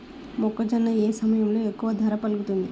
మొక్కజొన్న ఏ సమయంలో ఎక్కువ ధర పలుకుతుంది?